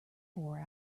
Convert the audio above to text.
four